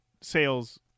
sales